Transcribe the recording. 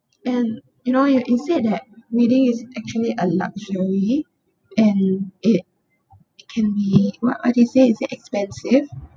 and you know you can say that reading is actually a luxury and it it can be what other say it's a expensive